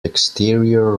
exterior